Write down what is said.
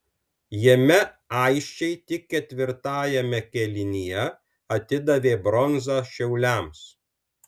jame aisčiai tik ketvirtajame kėlinyje atidavė bronzą šiauliams